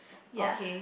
ya